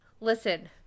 Listen